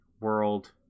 world